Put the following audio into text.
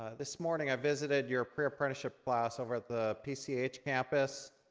ah this morning i visited your pre-apprenticeship class over at the pch pch campus.